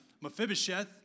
Mephibosheth